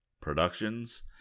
Productions